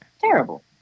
terrible